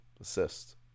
Assist